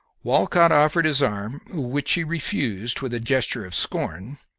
walcott offered his arm, which she refused with a gesture of scorn,